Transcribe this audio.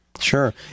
Sure